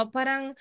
Parang